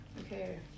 Okay